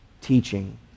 teaching